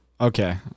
Okay